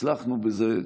הצלחנו בזה,